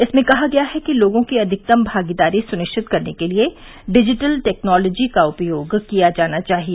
इसमें कहा गया है कि लोगों की अधिकतम भागीदारी सुनिश्चित करने के लिए डिजिटल टेक्नोलॉजी का उपयोग किया जाना चाहिए